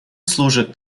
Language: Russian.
служит